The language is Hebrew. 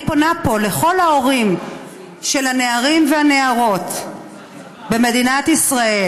אני פונה פה לכל ההורים של הנערים והנערות במדינת ישראל: